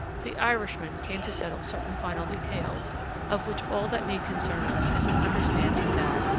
the irishman came to settle certain final details of which all that need concern us is an understanding that,